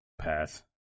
Pass